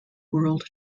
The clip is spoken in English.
world